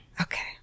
Okay